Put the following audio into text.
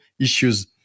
issues